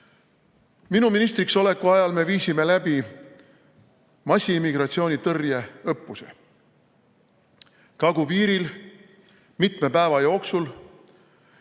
Minu ministriks oleku ajal me viisime läbi massimmigratsioonitõrje õppuse kagupiiril. Mitme päeva jooksul